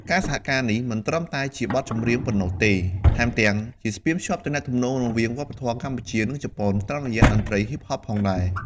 ការសហការនេះមិនត្រឹមតែជាបទចម្រៀងប៉ុណ្ណោះទេ ថែមទាំងជាស្ពានភ្ជាប់ទំនាក់ទំនងរវាងវប្បធម៌កម្ពុជា និងជប៉ុនតាមរយៈតន្ត្រីហ៊ីបហបផងដែរ។